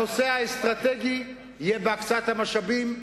הנושא האסטרטגי יהיה בהקצאת המשאבים,